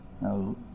Now